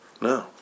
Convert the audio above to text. No